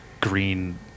green